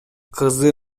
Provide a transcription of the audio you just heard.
кызы